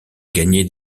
gagné